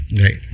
right